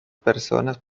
personas